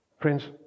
Friends